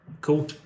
Cool